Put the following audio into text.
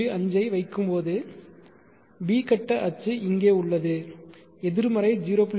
5 ஐ வைக்கும்போது b கட்ட அச்சு இங்கே உள்ளது எதிர்மறை 0